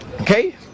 okay